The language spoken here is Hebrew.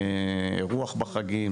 אירוח בחגים,